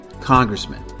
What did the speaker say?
congressman